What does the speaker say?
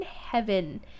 heaven